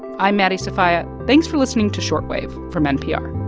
i'm maddie sofia. thanks for listening to short wave from npr